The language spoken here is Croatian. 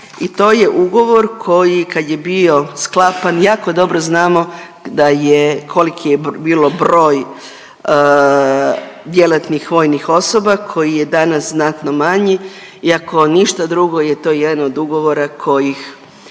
i to je ugovor koji kad je bio sklapan jako dobro znamo da je koliki je bilo broj djelatnih vojnih osoba koji je danas znatno manji i ako ništa drugo je to jedan od ugovora kojih,